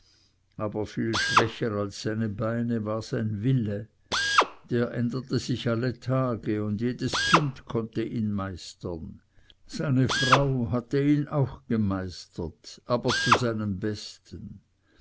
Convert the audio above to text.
aber viel schwächer als seine beine war sein wille der änderte sich alle tage und jedes kind konnte ihn meistern seine frau hatte ihn auch gemeistert aber zu seinem besten